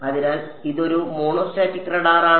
അതിനാൽ ഇതൊരു മോണോസ്റ്റാറ്റിക് റഡാറാണ്